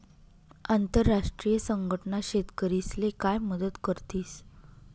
आंतरराष्ट्रीय संघटना शेतकरीस्ले काय मदत करतीस?